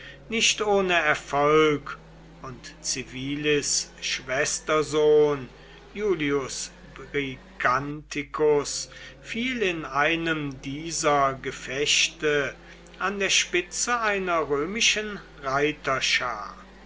nicht ohne erfolg und civilis schwestersohn iulius briganticus fiel in einem dieser gefechte an der spitze einer römischen reiterschar